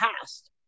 past